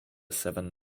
seven